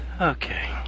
okay